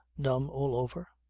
numb all over,